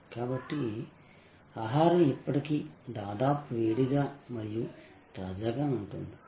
కాబట్టి ఆహారం ఇప్పటికీ దాదాపు వేడిగా మరియు తాజాగా ఉంటుంది